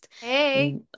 Hey